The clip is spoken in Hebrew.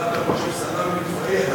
מה אתם חושבים, שסלאם יתפייד?